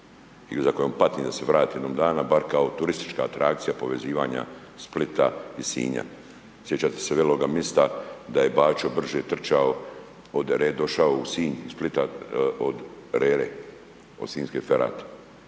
i za koju patim da se vrati jednog dana bar kao turistička atrakcija povezivanja Splita i Sinja. Sjećate se Veloga Mista, da je Bačo brzo trčao, došao u Sinj, Splita od arere, od …/Govornik